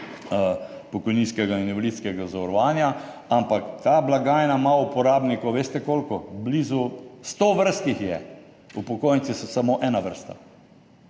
pokojninskega in invalidskega zavarovanja, ampak ta blagajna ima uporabnikov – veste koliko? Blizu sto vrst jih je, upokojenci so samo ena vrsta.